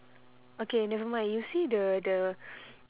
okay never mind you see the the